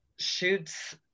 Shoots